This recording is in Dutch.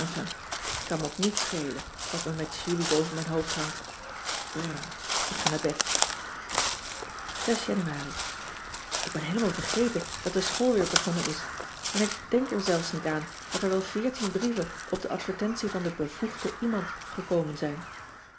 t kan me ook niet schelen wat me met julie boven mijn hoofd hangt brr ik ga naar bed anuari k ben heelemaal vergeten dat de school weer begonnen is en ik denk er zelfs niet aan dat er wel veertien brieven op de advertentie van den bevoegden iemand gekomen zijn